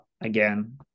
again